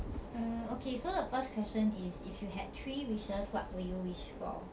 err okay so the first question is if you had three wishes what would you wish for